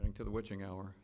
into the witching hour